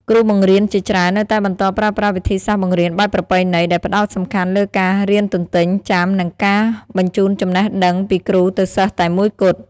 គ្រូបង្រៀនជាច្រើននៅតែបន្តប្រើប្រាស់វិធីសាស្ត្របង្រៀនបែបប្រពៃណី ដែលផ្តោតសំខាន់លើការ រៀនទន្ទេញចាំ និងការបញ្ជូនចំណេះដឹងពីគ្រូទៅសិស្សតែមួយគត់។